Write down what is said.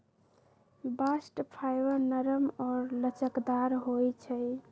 bast fibre नरम आऽ लचकदार होइ छइ